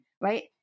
Right